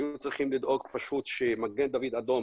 והיינו צריכים לדאוג שמגן דוד אדום